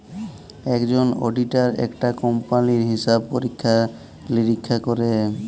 একজল অডিটার একটা কম্পালির হিসাব পরীক্ষা লিরীক্ষা ক্যরে